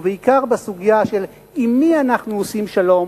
ובעיקר בסוגיה של עם מי אנחנו עושים שלום